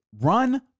Run